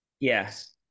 Yes